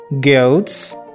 goats